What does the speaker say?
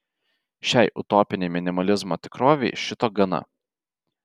šiai utopinei minimalizmo tikrovei šito gana